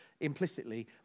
implicitly